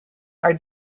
are